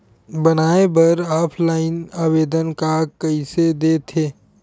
बनाये बर ऑफलाइन आवेदन का कइसे दे थे?